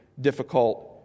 difficult